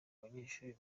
banyeshuri